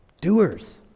doers